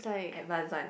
advanced one